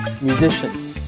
musicians